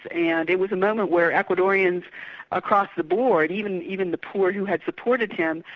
and it was a moment where ecuadorians across the board, even even the poor, who had supported him,